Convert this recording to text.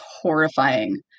horrifying